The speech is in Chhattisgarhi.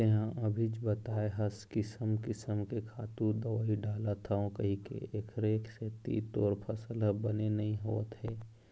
तेंहा अभीच बताए हस किसम किसम के खातू, दवई डालथव कहिके, एखरे सेती तोर फसल ह बने नइ होवत हे